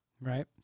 Right